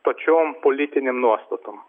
pačiom politinėm nuostatom